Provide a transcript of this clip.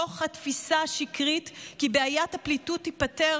מתוך תפיסה שקרית כי בעיית הפליטות תיפתר